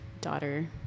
daughter